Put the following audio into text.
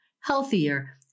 healthier